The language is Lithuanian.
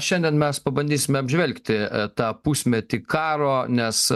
šiandien mes pabandysime apžvelgti tą pusmetį karo nes